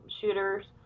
shooters